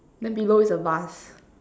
then below is a vase